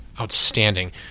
outstanding